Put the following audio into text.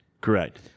Correct